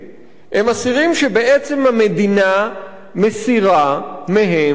המדינה מסירה מהם את אחריותה הכוללת.